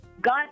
God